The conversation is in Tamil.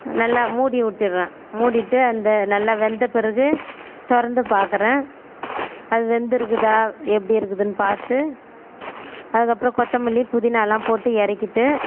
நல்லா மூடி விட்டுர்றன் மூடிட்டு அந்த நல்லா வெந்த பிறகு திறந்து பாக்கிறேன் அது வெந்திருக்குதா எப்படி இருக்குதுனு பார்த்து அதுக்கு அப்பறம் கொத்தமல்லி புதினாலாம் போட்டு இறக்கிட்டு